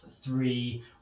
three